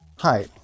Hi